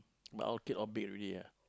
but our kid all big already ah